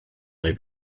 neu